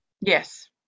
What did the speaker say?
yes